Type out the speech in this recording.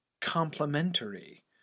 complementary